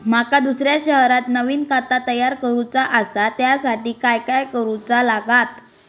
माका दुसऱ्या शहरात नवीन खाता तयार करूचा असा त्याच्यासाठी काय काय करू चा लागात?